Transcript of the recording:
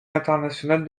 international